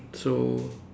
so